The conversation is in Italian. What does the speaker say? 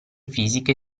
fisiche